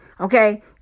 Okay